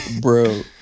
Bro